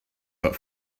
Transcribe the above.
but